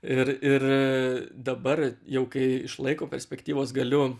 ir ir dabar jau kai iš laiko perspektyvos galiu